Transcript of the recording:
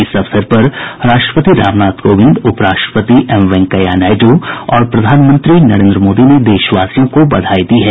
इस अवसर पर राष्ट्रपति रामनाथ कोविंद उपराष्ट्रपति वैंकेया नायडु और प्रधानमंत्री नरेंद्र मोदी ने देशवासियों को बधाई दी है